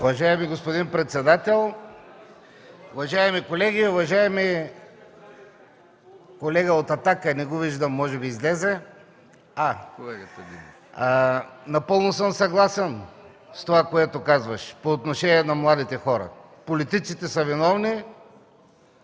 Уважаеми господин председател, уважаеми колеги! Уважаеми колега от „Атака”, не Ви виждам, напълно съм съгласен с това, което казваш по отношение на младите хора – политиците са виновни,